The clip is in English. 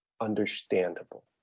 understandable